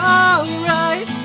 alright